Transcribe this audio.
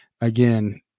again